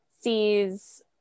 sees